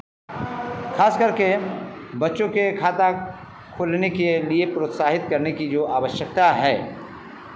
खास करके बच्चों के खाता खोलने के लिए प्रोत्साहित करने की जो आवश्यकता है